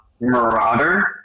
marauder